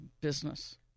business